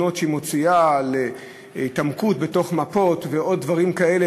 תמונות שהיא מוציאה על התעמקות בתוך מפות ועוד דברים כאלה,